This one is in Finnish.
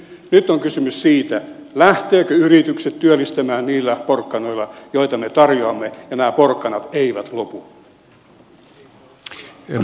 nyt on kysymys siitä lähtevätkö yritykset työllistämään niillä porkkanoilla joita me tarjoamme ja nämä porkkanat eivät lopu